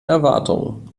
erwartungen